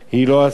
היא לא ספר